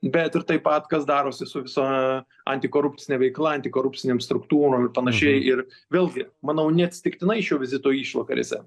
bet ir taip pat kas darosi su visa antikorupcine veikla antikorupcinėm struktūrom ir panašiai ir vėlgi manau neatsitiktinai šio vizito išvakarėse